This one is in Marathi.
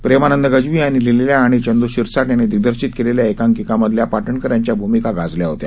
प्रेमानंद गज्वी यांनी लिहीलेल्या आणि चंद् शिरसाट यांनी दिग्दर्शित केलेल्या एकांकिकांमधल्या पाटणकर यांच्या अनेक भूमिका गाजल्या होत्या